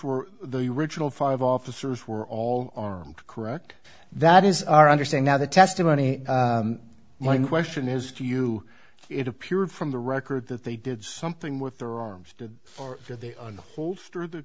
were the original five officers were all armed correct that is our understand now the testimony my question is to you it appeared from the record that they did something with their arms did for the